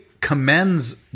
commends